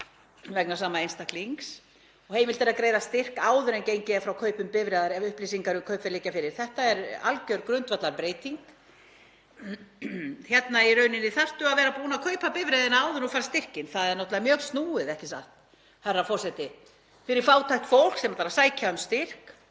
vegna sama einstaklings. Heimilt er að greiða styrk áður en gengið er frá kaupum bifreiðar ef upplýsingar um kaupverð liggja fyrir. Þetta er algjör grundvallarbreyting. Núna þarftu í rauninni að vera búinn að kaupa bifreiðina áður en þú færð styrkinn. Það er náttúrlega mjög snúið, ekki satt, herra forseti, fyrir fátækt fólk sem ætlar að sækja um styrk.